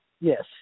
Yes